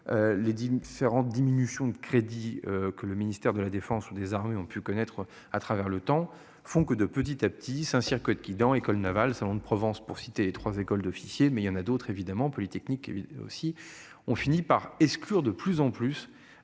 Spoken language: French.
Les différentes diminutions de crédits que le ministère de la défense ou des armées ont pu connaître à travers le temps font que de petit à petit. Saint-Cyr-Coëtquidan école navale Salon de Provence, pour citer les 3 écoles d'officiers mais il y en a d'autres évidemment polytechnique aussi on finit par exclure de plus en plus